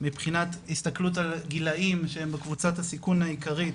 מבחינת הסתכלות על גילאים שהם בקבוצת הסיכון העיקרית,